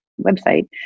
website